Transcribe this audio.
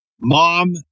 mom